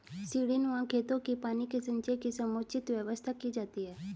सीढ़ीनुमा खेतों में पानी के संचय की समुचित व्यवस्था की जाती है